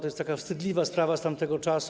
To jest taka wstydliwa sprawa z tamtego czasu.